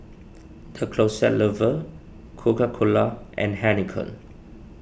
the Closet Lover Coca Cola and Heinekein